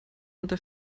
unter